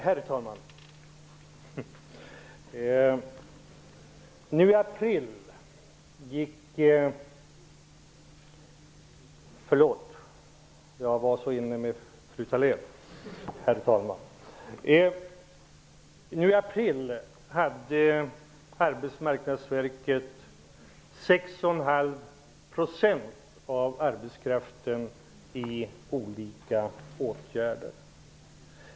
Herr talman! Nu i april hade Arbetsmarknadsverket 6,5 % av arbetskraften i olika åtgärder.